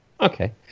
Okay